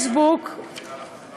זה נראה לך חכם,